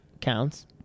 counts